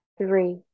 three